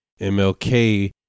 MLK